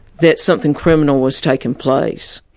that something criminal was taking place.